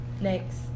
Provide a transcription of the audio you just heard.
Next